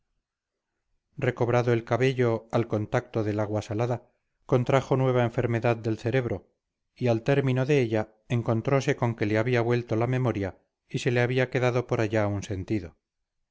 recobrado el cabello al contacto del agua salada contrajo nueva enfermedad del cerebro y al término de ella encontrose con que le había vuelto la memoria y se le había quedado por allá un sentido